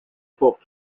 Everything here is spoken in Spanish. pop